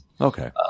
Okay